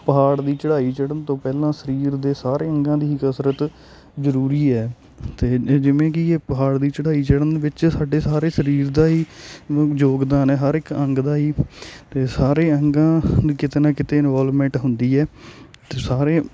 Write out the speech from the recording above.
ਪਹਾੜ ਦੀ ਚੜ੍ਹਾਈ ਨ ਚੜ੍ਹਨ ਤੋਂ ਪਹਿਲਾਂ ਸਰੀਰ ਦੇ ਸਾਰੇ ਅੰਗਾਂ ਦੀ ਕਸਰਤ ਜ਼ਰੂਰੀ ਹੈ ਅਤੇ ਜਿਵੇਂ ਕਿ ਇਹ ਪਹਾੜ ਦੀ ਚੜ੍ਹਾਈ ਚੜ੍ਹਨ ਵਿੱਚ ਸਾਡੇ ਸਾਰੇ ਸਰੀਰ ਦਾ ਹੀ ਯੋਗਦਾਨ ਹੈ ਹਰ ਇੱਕ ਅੰਗ ਦਾ ਹੀ ਅਤੇ ਸਾਰੇ ਅੰਗਾਂ ਦੀ ਕਿਤੇ ਨਾ ਕਿਤੇ ਇਨਵੋਲਵਮੈਂਟ ਹੁੰਦੀ ਹੈ ਅਤੇ ਸਾਰੇ